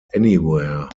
anywhere